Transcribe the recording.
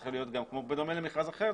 צריך להיות בדומה למכרז אחר,